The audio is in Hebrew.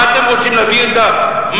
מה אתם רוצים להביא את המשקיעים?